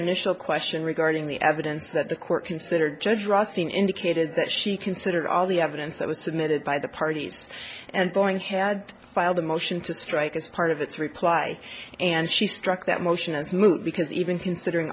initial question regarding the evidence that the court considered judge resting indicated that she considered all the evidence that was submitted by the parties and going had filed a motion to strike as part of its reply and she struck that motion as moot because even considering